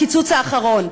הקיצוץ האחרון.